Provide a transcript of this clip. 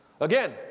Again